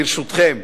ברשותכם,